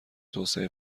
توسعه